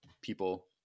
people